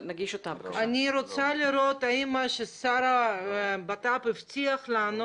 אני רוצה לראות אם מה שהבטיח שר הבט"פ לנו,